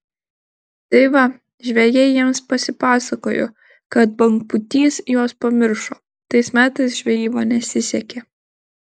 tai va žvejai jiems pasipasakojo kad bangpūtys juos pamiršo tais metais žvejyba nesisekė